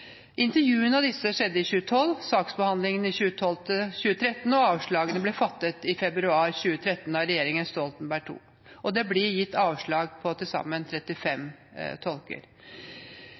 Intervjuene av disse skjedde i 2012, saksbehandlingen i 2012–2013, og avslagene ble gitt i februar 2013 av regjeringen Stoltenberg II. Det ble gitt avslag til til sammen 35 tolker.